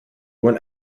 when